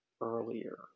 earlier